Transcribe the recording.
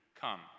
come